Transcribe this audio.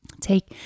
Take